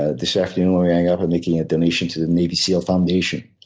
ah this afternoon i am making a donation to the navy seal foundation.